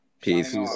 Peace